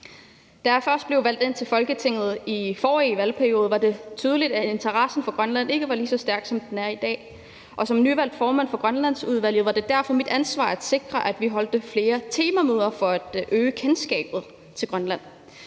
Da jeg først blev valgt ind til Folketinget i forrige valgperiode, var det tydeligt, at interessen for Grønland ikke var lige så stærk, som den er i dag, og som nyvalgt formand for Grønlandsudvalget var det derfor mit ansvar at sikre, at vi holdt flere temamøder for at øge kendskabet til Grønland.